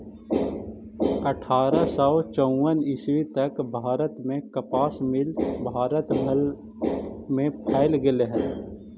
अट्ठारह सौ चौवन ईस्वी तक भारत में कपास मिल भारत भर में फैल गेले हलई